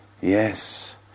yes